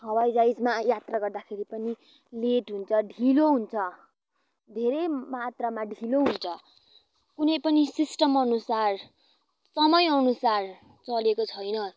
हवाइजहाजमा यात्रा गर्दाखेरि पनि लेट हुन्छ ढिलो हुन्छ धेरै मात्रामा ढिलो हुन्छ कुनै पनि सिस्टम अनुसार समय अनुसार चलेको छैन